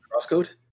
CrossCode